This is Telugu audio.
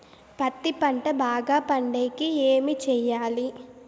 పత్తి పంట బాగా పండే కి ఏమి చెయ్యాలి?